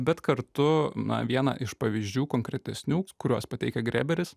bet kartu na vieną iš pavyzdžių konkretesnių kurios pateikia greberis